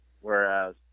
Whereas